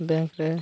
bank ᱨᱮ